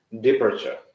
departure